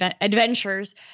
adventures